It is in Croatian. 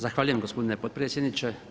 Zahvaljujem gospodine potpredsjedniče.